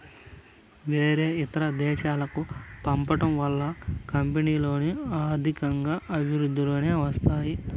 వేరే ఇతర దేశాలకు పంపడం వల్ల కంపెనీలో ఆర్థికంగా వృద్ధిలోకి వస్తాయి